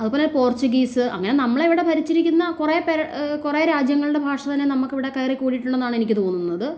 അതുപോലെ പോർച്ചുഗീസ് അങ്ങനെ നമ്മളെ ഇവിടെ ഭരിച്ചിരിക്കുന്ന കുറേ പേരെ കുറേ രാജ്യങ്ങളുടെ ഭാഷ തന്നെ നമുക്കിവിടെ കയറി കൂടിയിട്ടുണ്ടെന്നാണ് എനിക്ക് തോന്നുന്നത്